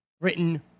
written